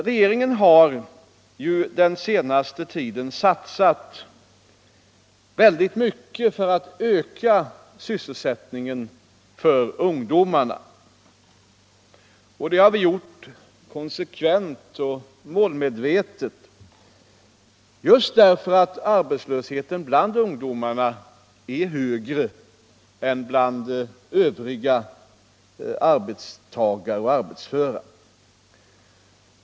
Regeringen har ju under den senaste tiden satsat väldigt mycket för att öka sysselsättningen för ungdomarna. Det har vi gjort konsekvent och målmedvetet just därför att arbetslösheten bland ungdomarna är högre än bland övriga arbetstagare.